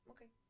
Okay